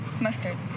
Mustard